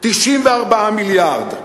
94 מיליארד,